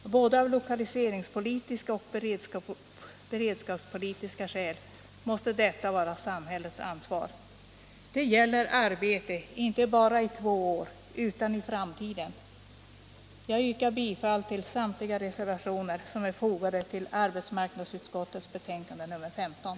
Av både lokaliseringspolitiska och beredskapspolitiska skäl måste detta vara samhällets ansvar. Det gäller arbete inte bara i två år utan i framtiden. Jag yrkar bifall till samtliga reservationer som är fogade till arbetsmarknadsutskottets betänkande nr 15.